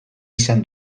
izan